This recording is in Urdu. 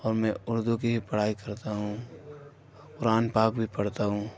اور میں اردو کی بھی پڑھائی کرتا ہوں قرآن پاک بھی پڑھتا ہوں